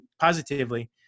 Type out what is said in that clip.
positively